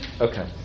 Okay